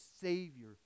Savior